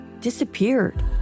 disappeared